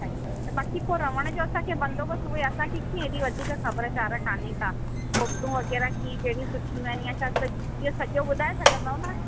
अच्छा ईअं त बाकी पोइ रहण जो असांखे बंदोबस्तु उहे असांखे कीअं एॾी वधीक ख़बरचार कान्हे का होटलूं वग़ैरह कीअं कहिड़ियूं सुठियूं आहिनि या छा सोइ इहो सॼो ॿुधाए सघंदव न